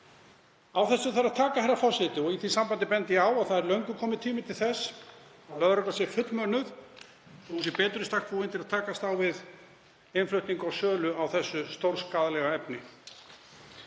Á þessu þarf að taka, herra forseti, og í því sambandi bendi ég á að það er löngu kominn tími til að lögreglan sé fullmönnuð, hún verði betur í stakk búin til að takast á við innflutning og sölu á þessu stórskaðlega efni.